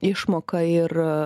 išmoką ir